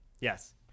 yes